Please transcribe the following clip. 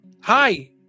Hi